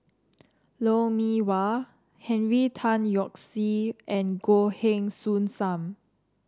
Lou Mee Wah Henry Tan Yoke See and Goh Heng Soon Sam